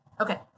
okay